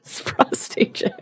prostate